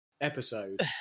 episode